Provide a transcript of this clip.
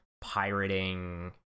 pirating